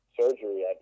surgery